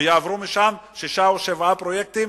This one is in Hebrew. ויעברו שם שישה או שבעה פרויקטים,